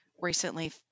recently